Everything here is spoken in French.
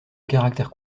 caractères